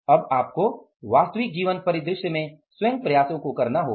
अब आपको वास्तविक जीवन परिदृश्य में स्वयं प्रयासों करना होगा